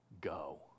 go